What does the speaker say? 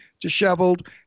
disheveled